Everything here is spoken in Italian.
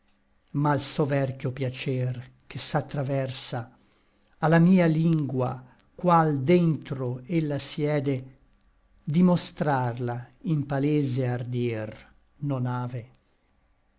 l soverchio piacer che s'atraversa a la mia lingua qual dentro ella siede di mostrarla in palese ardir non ave